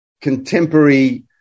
contemporary